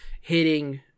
hitting